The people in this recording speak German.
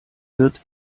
wird